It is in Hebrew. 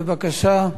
בבקשה.